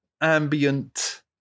ambient